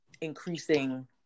increasing